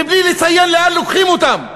בלי לציין לאן לוקחים אותם.